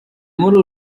muri